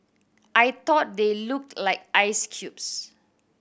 I thought they looked like ice cubes